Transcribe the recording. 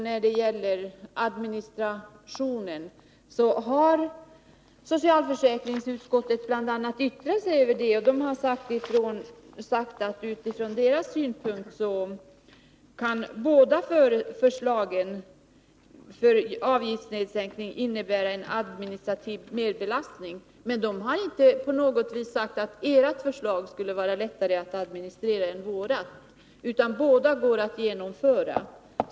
När det gäller administrationen har bl.a. socialförsäkringsutskottet yttrat sig och anfört att från utskottets synpunkt kan båda förslagen för avgiftsnedsänkning innebära en administrativ merbelastning. Utskottet har emellertid inte på något sätt hävdat att era förslag skulle vara lättare att administrera än våra — båda går att genomföra.